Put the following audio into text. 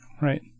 Right